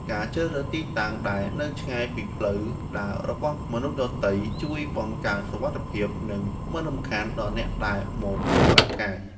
ការជ្រើសរើសទីតាំងដែលនៅឆ្ងាយពីផ្លូវដើររបស់មនុស្សដទៃជួយបង្កើនសុវត្ថិភាព និងមិនរំខានដល់អ្នកដែលមកសម្រាកកាយ។